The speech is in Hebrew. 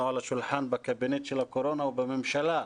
על השולחן בקבינט של הקורונה או בממשלה,